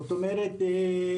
זאת אומרת,